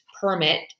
permit